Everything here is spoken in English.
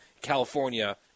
California